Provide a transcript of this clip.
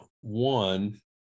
one